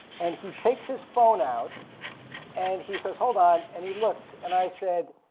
and he takes his phone out and he says, hold on, and he looks. and i said,